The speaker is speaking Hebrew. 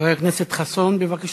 חבר הכנסת חסון, בבקשה.